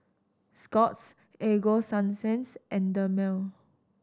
Scott's Ego Sunsense and Dermale